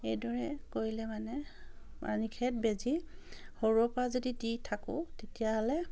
এইদৰে কৰিলে মানে ৰানী খেত বেজী সৰুৰেপৰা যদি দি থাকোঁ তেতিয়াহ'লে